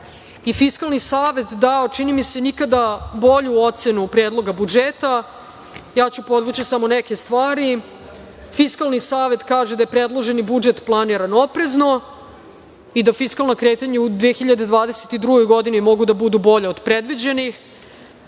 i Fiskalni savet dao, čini mi se, nikada bolju ocenu Predloga budžeta. Ja ću podvući samo neke stvari. Fiskalni savet kaže da je predloženi budžet planiran oprezno i da fiskalna kretanja u 2022. godini mogu da budu bolja od predviđenih,